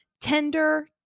tender